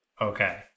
okay